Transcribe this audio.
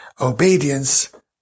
Obedience